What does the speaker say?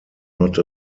not